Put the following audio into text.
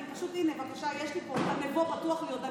פשוט, הינה בבקשה, יש לי פה, נבו פתוח לי עוד.